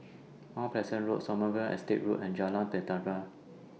Mount Pleasant Road Sommerville Estate Road and Jalan